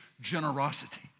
generosity